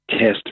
test